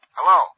Hello